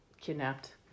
kidnapped